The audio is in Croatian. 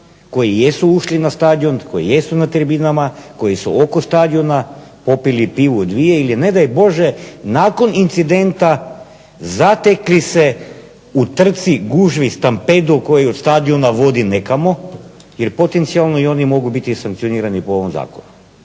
koji jesu ušli na stadion, koji jesu na tribinama, koji su oko stadiona popili pivu, dvije ili ne daj Bože nakon incidenta zatekli se u trci, gužvi, stampedu koji od stadiona vodi nekamo jer potencijalno i oni mogu biti sankcionirani po ovom zakonu.